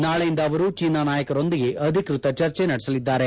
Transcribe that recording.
ನಾಳೆಯಿಂದ ಅವರು ಚೀನಾ ನಾಯಕರೊಂದಿಗೆ ಅಧಿಕೃತ ಚರ್ಚೆ ನಡೆಸಲಿದ್ದಾರೆ